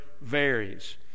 varies